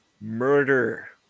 Murder